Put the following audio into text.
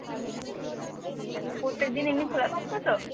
আচ্ছা ঠিক আছে প্রত্যেক দিন এমনি খোলা থাকবে তো